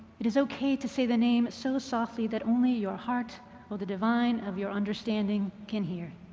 it is okay to say the name so softly that only your heart or the divine of your understanding can hear.